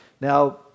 Now